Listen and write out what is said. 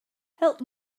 help